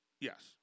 Yes